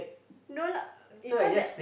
no lah isn't that